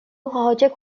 সেই